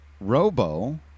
Robo